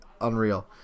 unreal